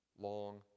long